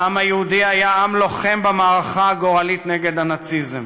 העם היהודי היה עם לוחם במערכה הגורלית נגד הנאציזם